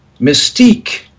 mystique